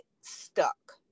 stuck